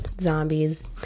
zombies